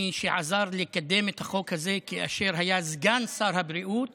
מי שעזר לקדם את החוק הזה כאשר היה סגן שר הבריאות